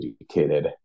educated